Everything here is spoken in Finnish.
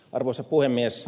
arvoisa puhemies